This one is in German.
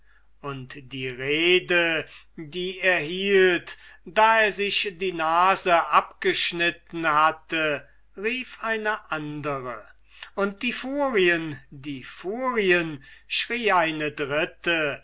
und die rede die er hielt da er sich die nase abgeschnitten hatte rief eine andere und die furien die furien schrie eine dritte